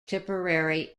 tipperary